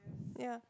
yeah